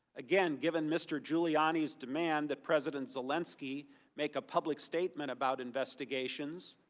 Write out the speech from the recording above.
again, given mr. giuliani's demand that president zelensky make a public statement about investigations,